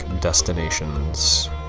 Destinations